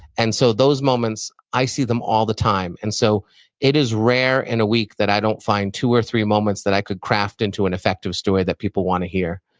and so those moments, i see them all the time, and so it is rare in a week that i don't find two or three moments that i could craft into an effective story that people want to hear.